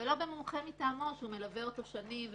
לא במומחה מטעמו שמלווה אותו שנים,